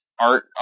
art